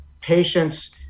patients